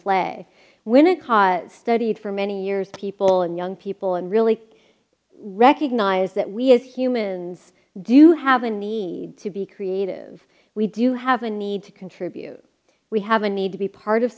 play when it ha studied for many years people and young people and really recognize that we as humans do have a need to be creative we do have a need to contribute we have a need to be part of